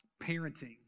parenting